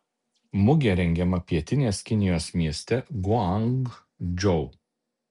mugė rengiama pietinės kinijos mieste guangdžou